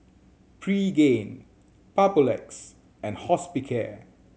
Pregain Papulex and Hospicare